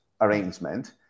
arrangement